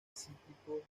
cítricos